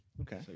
Okay